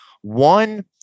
One